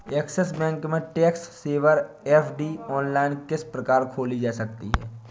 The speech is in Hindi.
ऐक्सिस बैंक में टैक्स सेवर एफ.डी ऑनलाइन किस प्रकार खोली जा सकती है?